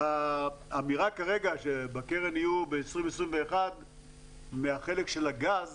האמירה כרגע שבקרן יהיו ב-2021 בחלק של הגז